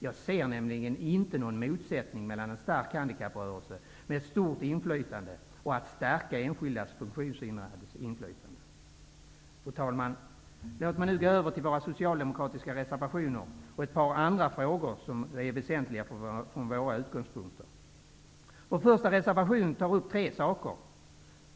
Jag ser nämligen inte någon motsättning mellan en stark handikapprörelse med ett stort inflytande och att stärka enskilda funktionshindrades inflytande. Fru talman! Låt mig nu gå över till våra socialdemokratiska reservationer och ett par andra frågor som är väsentliga från våra utgångspunkter. Vår första reservation tar upp tre saker.